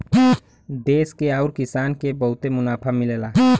देस के आउर किसान के बहुते मुनाफा मिलला